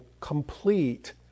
complete